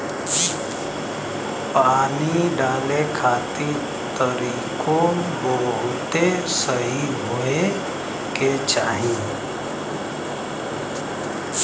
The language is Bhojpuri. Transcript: पानी डाले खातिर तरीकों बहुते सही होए के चाही